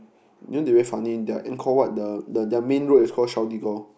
you know they very funny their Angkor-Wat the their main road is called Shaudigor